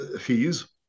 fees